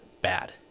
bad